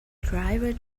driver